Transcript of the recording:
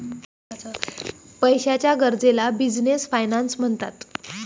पैशाच्या गरजेला business finance म्हणतात